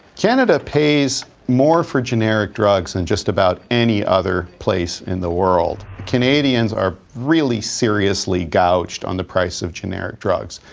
canada pays more for generic drugs than and just about any other place in the world. canadians are really seriously gouged on the price of generic drugs.